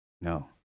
No